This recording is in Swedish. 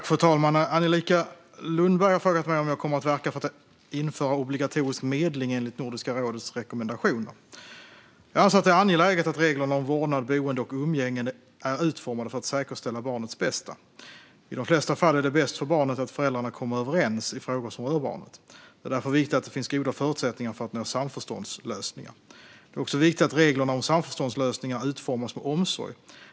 Fru talman! Angelica Lundberg har frågat mig om jag kommer att verka för att införa obligatorisk medling enligt Nordiska rådets rekommendationer. Jag anser att det är angeläget att reglerna om vårdnad, boende och umgänge är utformade för att säkerställa barnets bästa. I de flesta fall är det bäst för barnet att föräldrarna kommer överens i frågor som rör barnet. Det är därför viktigt att det finns goda förutsättningar för att nå samförståndslösningar. Det är också viktigt att reglerna om samförståndslösningar utformas med omsorg.